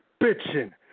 bitching